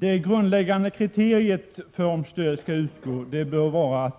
Det grundläggande kriteriet för om stöd skall utgå bör vara